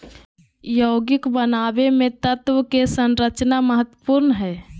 यौगिक बनावे मे तत्व के संरचना महत्वपूर्ण हय